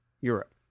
Europe